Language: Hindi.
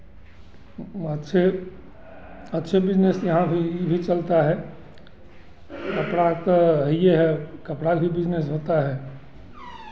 अच्छे अच्छे बिज़नेस यहाँ भी ई भी चलता है कपड़ा तो हइए है कपड़ा के भी बिज़नेस होता है